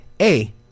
A-